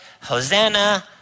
Hosanna